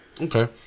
Okay